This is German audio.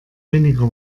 weniger